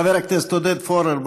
חבר הכנסת עודד פורר,